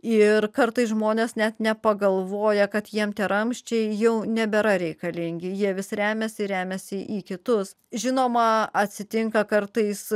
ir kartais žmonės net nepagalvoja kad jiems tie ramsčiai jau nebėra reikalingi jie vis remiasi remiasi į kitus žinoma atsitinka kartais